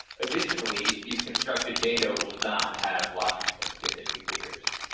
additionally, these constructed data will not have logical skip indicators.